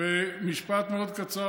במשפט מאוד קצר,